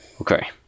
Okay